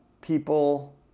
people